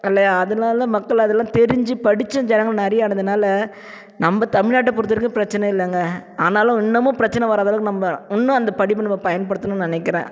இல்லையா அதனால மக்கள் அதெல்லாம் தெரிஞ்சு படித்தும் ஜனங்கள் நிறையானதுனால நம்ம தமிழ்நாட்ட பொறுத்தவரைக்கும் பிரச்சனை இல்லைங்க ஆனாலும் இன்னமும் பிரச்சனை வராத அளவுக்கு நம்ம இன்னும் அந்த படிப்பை நம்ம பயன்படுத்தணும்னு நினைக்கிறேன்